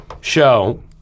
show